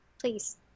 Please